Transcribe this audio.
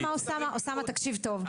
אוסאמה תקשיב טוב,